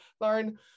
Lauren